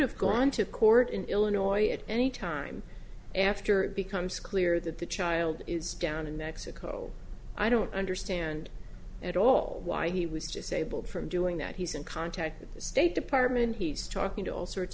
have gone to court in illinois at any time after it becomes clear that the child is down in mexico i don't understand at all why he was just able from doing that he's in contact with the state department he's talking to all sorts